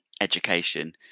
education